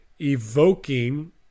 evoking